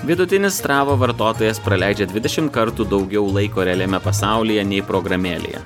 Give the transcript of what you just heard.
vidutinis strava vartotojas praleidžia dvidešim kartų daugiau laiko realiame pasaulyje nei programėlėje